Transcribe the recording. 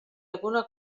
alguna